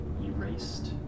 Erased